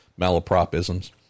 malapropisms